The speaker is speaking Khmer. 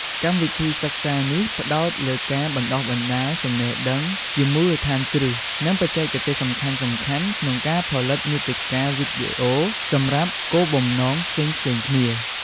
កម្មវិធីសិក្សានេះផ្ដោតលើការបណ្ដុះបណ្ដាលចំណេះដឹងជាមូលដ្ឋានគ្រឹះ និងបច្ចេកទេសសំខាន់ៗក្នុងការផលិតមាតិកាវីដេអូសម្រាប់គោលបំណងផ្សេងៗគ្នា។